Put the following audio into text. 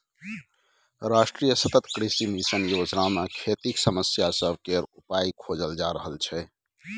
राष्ट्रीय सतत कृषि मिशन योजना मे खेतीक समस्या सब केर उपाइ खोजल जा रहल छै